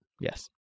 Yes